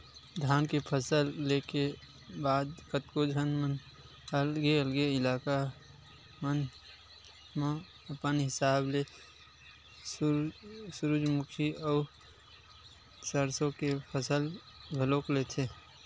धान के फसल ले के बाद कतको झन मन अलगे अलगे इलाका मन म अपन हिसाब ले सूरजमुखी अउ सरसो के फसल घलोक लेथे